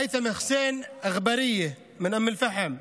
היית'ם חוסיין אג'באריה מאום אל-פחם,